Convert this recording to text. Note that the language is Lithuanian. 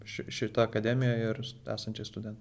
ši šita akademija ir esančiais studen